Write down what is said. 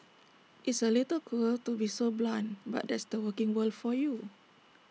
it's A little cruel to be so blunt but that's the working world for you